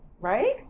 right